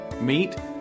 Meet